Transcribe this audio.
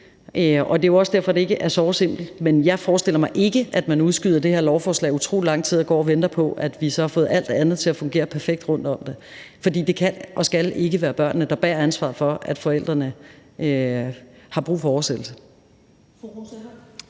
Det er også derfor, det ikke er såre simpelt. Men jeg forestiller mig ikke, at man udskyder det her lovforslag i utrolig lang tid og går og venter på, at vi har fået alt andet til at fungere perfekt. Det kan og skal ikke være børnene, der bærer ansvaret, når forældrene har brug for en oversættelse.